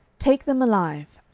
take them alive.